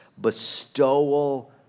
bestowal